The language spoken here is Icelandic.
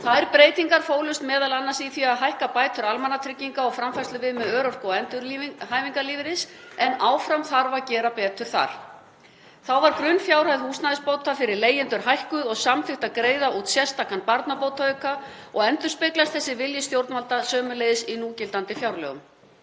Þær breytingar fólust m.a. í því að hækka bætur almannatrygginga og framfærsluviðmið örorku- og endurhæfingarlífeyris en áfram þarf að gera betur þar. Þá var grunnfjárhæð húsnæðisbóta fyrir leigjendur hækkuð og samþykkt að greiða út sérstakan barnabótaauka og endurspeglast þessi vilji stjórnvalda sömuleiðis í núgildandi fjárlögum.